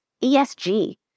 ESG